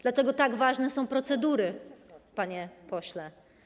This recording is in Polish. Dlatego tak ważne są procedury, panie pośle.